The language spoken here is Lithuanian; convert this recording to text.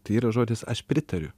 tai yra žodis aš pritariu